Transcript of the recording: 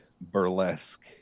burlesque